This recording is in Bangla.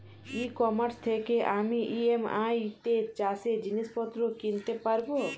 ই কমার্স থেকে আমি ই.এম.আই তে চাষে জিনিসপত্র কিনতে পারব?